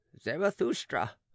Zarathustra